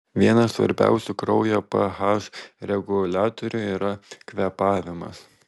vienas svarbiausių kraujo ph reguliatorių yra kvėpavimas